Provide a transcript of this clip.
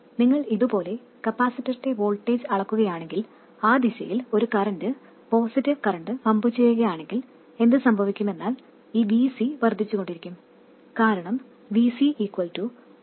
നിങ്ങൾ ഇതുപോലെ കപ്പാസിറ്ററിന്റെ വോൾട്ടേജ് അളക്കുകയാണെങ്കിൽ ആ ദിശയിൽ ഒരു കറന്റ് പോസിറ്റീവ് കറന്റ് പമ്പ് ചെയ്യുകയാണെങ്കിൽ എന്ത് സംഭവിക്കുമെന്നാൽ ഈ VC വർദ്ധിച്ചുകൊണ്ടിരിക്കും കാരണം VC 1CI dt ആണ്